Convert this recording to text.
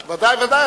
ודאי.